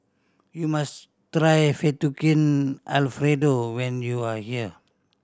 you must try Fettuccine Alfredo when you are here